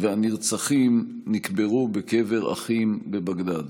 הנרצחים נקברו בקבר אחים בבגדאד.